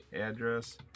address